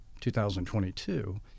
2022